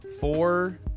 four